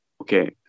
okay